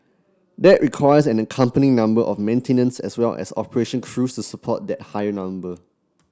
that requires an accompanying number of maintenance as well as operation crews support that higher number